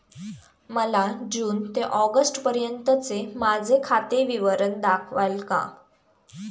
मला जून ते ऑगस्टपर्यंतचे माझे खाते विवरण दाखवाल का?